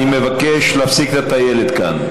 אני מבקש להפסיק את הטיילת כאן.